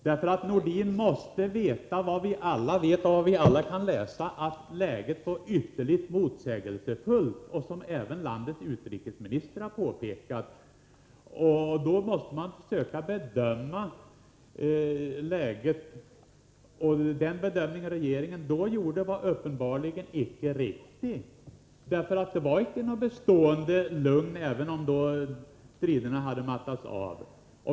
Sven-Erik Nordin måste veta vad vi alla vet och vad vi alla kan läsa oss till, nämligen att läget i Burma är ytterligt motsägelsefullt, vilket även landets utrikesminister har påpekat. I en sådan situation måste man söka bedöma läget. Den bedömning som regeringen gjorde 1982 var uppenbarligen icke riktig. Det var inte fråga om något bestående lugn, även om striderna hade mattats av.